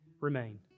remain